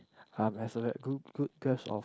um has a good good grasp of